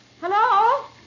Hello